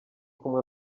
kumwe